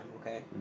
okay